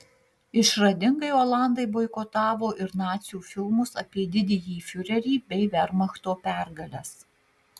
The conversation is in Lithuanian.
išradingai olandai boikotavo ir nacių filmus apie didįjį fiurerį bei vermachto pergales